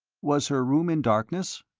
was her room in darkness?